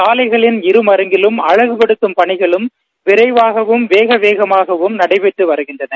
சாலைகளின் இருமருங்கிலும் அழகுப்படுத்தும் பணிகளும் விரைவாகவும் வேகவேகமாகவும் நடைபெற்று வருகின்றன